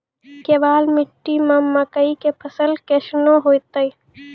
केवाल मिट्टी मे मकई के फ़सल कैसनौ होईतै?